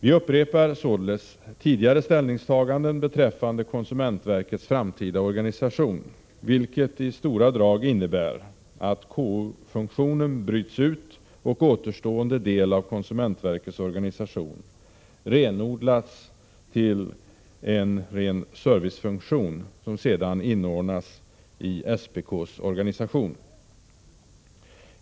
Vi upprepar således tidigare ställningstaganden beträffande konsumentverkets framtida organisation, vilket i stora drag innebär att KO-funktionen bryts ut och att återstående del av konsumentverkets organisation renodlas till en servicefunktion som sedan inordnas i SPK:s organisation.